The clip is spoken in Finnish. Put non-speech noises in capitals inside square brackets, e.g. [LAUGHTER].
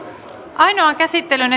ainoaan käsittelyyn [UNINTELLIGIBLE]